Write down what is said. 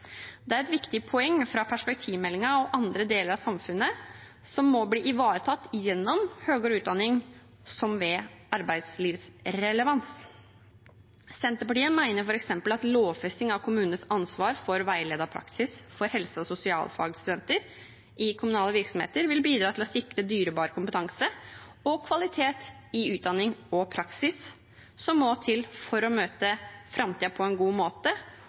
Det er et viktig poeng fra perspektivmeldingen og andre deler av samfunnet som må bli ivaretatt gjennom høyere utdanning – som ved arbeidslivsrelevans. Senterpartiet mener f.eks. at lovfesting av kommunenes ansvar for veiledet praksis for helse- og sosialfagsstudenter i kommunale virksomheter vil bidra til å sikre dyrebar kompetanse og kvalitet i utdanning og praksis som må til for å møte framtiden på en god måte,